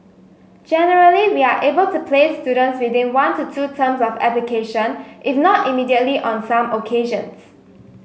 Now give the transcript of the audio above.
generally we are able to place students within one to two terms of application if not immediately on some occasions